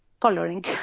coloring